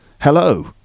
hello